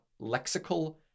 lexical